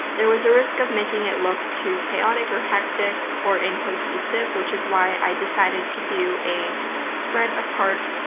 there was a risk of making it look too chaotic or hectic or incohesive, which is why i decided to do a spread apart,